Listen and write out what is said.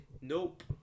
Nope